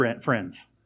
friends